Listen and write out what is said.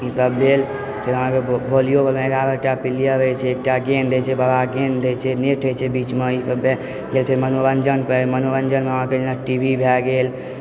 ई सब भेल फेर अहाँके वॉलियो बॉलमे एगारह टा प्लेयर रहै छै कएक टा गेम रहै छै नेट होइत छै बीचमे ई सब भेल मनोरञ्जनके मनोरञ्जनमे अहाँके जेना टी वी भए गेल